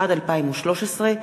התשע"ד 2013,